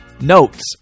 notes